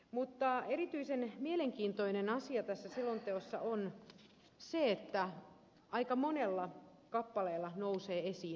mutta erityisen mielenkiintoinen asia tässä selonteossa on se että aika monessa kappaleessa nousee esiin tiedon puute